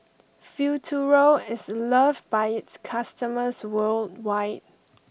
Futuro is loved by its customers worldwide